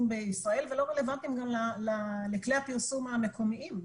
בישראל ולא רלוונטיים גם לכלי הפרסום המקומיים,